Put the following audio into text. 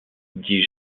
dis